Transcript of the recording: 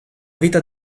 vita